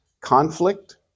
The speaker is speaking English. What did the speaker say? conflict